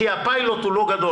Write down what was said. כי הפיילוט הוא לא גדול,